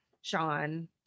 sean